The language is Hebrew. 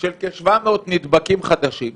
של כ-700 נדבקים חדשים,